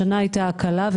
השנה הייתה הקלה,